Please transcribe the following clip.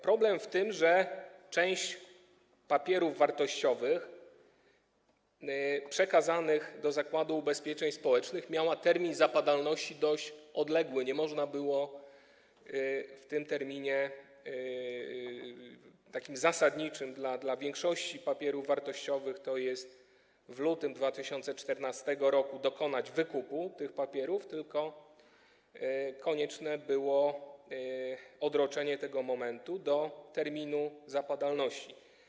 Problem w tym, że część papierów wartościowych przekazanych do Zakładu Ubezpieczeń Społecznych miała dość odległy termin zapadalności - nie można było w terminie takim zasadniczym dla większości papierów wartościowych, tj. w lutym 2014 r., dokonać wykupu tych papierów, tylko konieczne było odroczenie tego do terminu zapadalności.